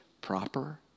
Proper